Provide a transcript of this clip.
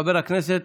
חבר הכנסת